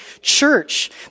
church